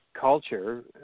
culture